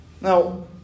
Now